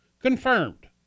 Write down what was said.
Confirmed